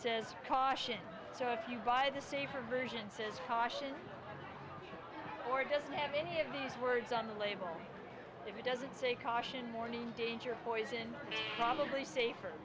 says caution so if you buy the safer version says caution or it doesn't have any of these words on the label it doesn't say caution morning danger poison probably safer